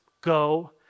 Go